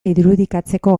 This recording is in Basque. irudikatzeko